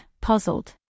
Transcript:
puzzled